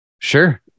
Sure